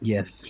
Yes